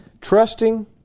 trusting